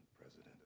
president